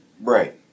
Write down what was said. Right